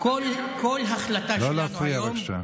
לא להפריע, בבקשה.